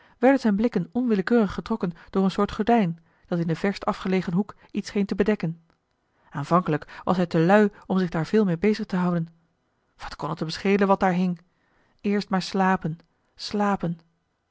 werden zijn blikken onwillekeurig getrokken door een soort gordijn dat in den verst afgelegen hoek iets scheen joh h been paddeltje de scheepsjongen van michiel de ruijter te bedekken aanvankelijk was hij te lui om zich daar veel mee bezig te houden wat kon het hem schelen wat daar hing eerst maar slapen slapen